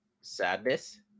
Sadness